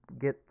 get